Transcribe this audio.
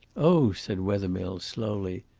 oh, said wethermill slowly.